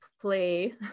play